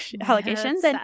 allegations